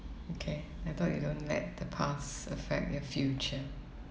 okay I thought you don't let the past affect your future